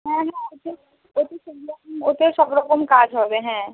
ওতেই সব রকম কাজ হবে হ্যাঁ